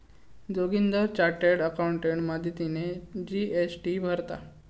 Joginder chartered accountant मदतीने जी.एस.टी भरता